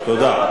תודה.